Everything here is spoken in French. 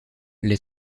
les